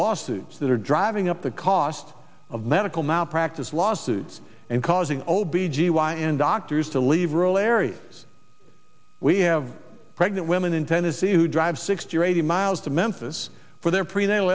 lawsuits that are driving up the cost of medical malpractise lawsuits and causing o b g y n doctors to leave rural areas we have pregnant women in tennessee who drive sixty or eighty miles to memphis for their prenatal